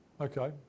okay